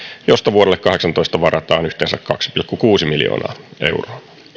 josta vuodelle kaksituhattakahdeksantoista varataan yhteensä kaksi pilkku kuusi miljoonaa euroa